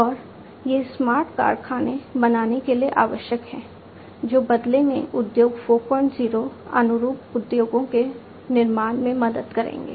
और ये स्मार्ट कारखाने बनाने के लिए आवश्यक हैं जो बदले में उद्योग 40 अनुरूप उद्योगों के निर्माण में मदद करेंगे